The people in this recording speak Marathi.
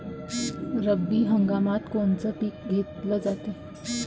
रब्बी हंगामात कोनचं पिक घेतलं जाते?